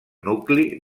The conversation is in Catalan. nucli